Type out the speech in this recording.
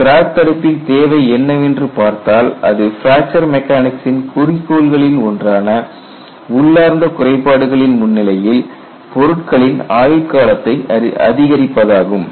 crack தடுப்பின் தேவை என்னவென்று பார்த்தால் அது பிராக்சர் மெக்கானிக்சின் குறிக்கோள்களின் ஒன்றான உள்ளார்ந்த குறைபாடுகளின் முன்னிலையில் பொருட்களின் ஆயுட்காலத்தை அதிகரிப்பதாகும்